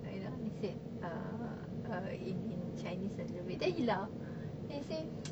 you know I said uh uh in in chinese a little bit then he laugh then he say